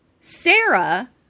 Sarah